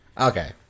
Okay